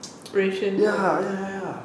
ration food